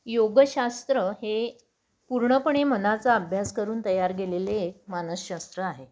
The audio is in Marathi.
योगशास्त्र हे पूर्णपणे मनाचा अभ्यास करून तयार गेलेले मानसशास्त्र आहे